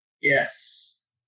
Yes